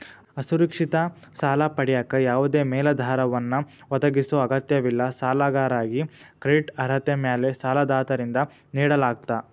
ಅಸುರಕ್ಷಿತ ಸಾಲ ಪಡೆಯಕ ಯಾವದೇ ಮೇಲಾಧಾರವನ್ನ ಒದಗಿಸೊ ಅಗತ್ಯವಿಲ್ಲ ಸಾಲಗಾರಾಗಿ ಕ್ರೆಡಿಟ್ ಅರ್ಹತೆ ಮ್ಯಾಲೆ ಸಾಲದಾತರಿಂದ ನೇಡಲಾಗ್ತ